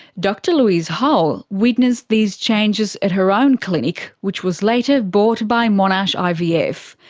dr louise hull witnessed these changes at her own clinic, which was later bought by monash ivf.